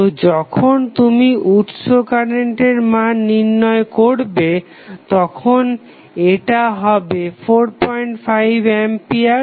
তো যখন তুমি উৎস কারেন্টের মান নির্ণয় করবে তখন এটা হবে 45 আম্পিয়ার